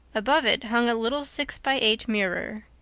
above it hung a little six-by-eight mirror.